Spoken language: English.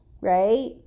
right